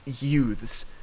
youths